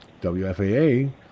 WFAA